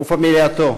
ופמלייתו,